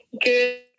good